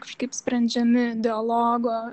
kažkaip sprendžiami dialogo